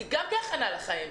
גם כהכנה לחיים,